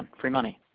free money.